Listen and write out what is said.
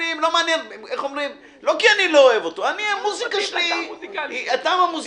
אני לא אומר שאני לא אוהב אותו אבל הטעם המוזיקלי שלי אחר.